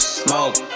smoke